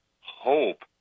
hope